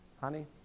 honey